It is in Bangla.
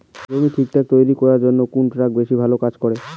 জমি ঠিকঠাক তৈরি করিবার জইন্যে কুন ট্রাক্টর বেশি ভালো কাজ করে?